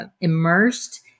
immersed